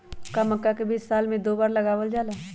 का मक्का के बीज साल में दो बार लगावल जला?